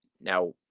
now